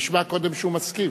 נשמע קודם שהוא מסכים.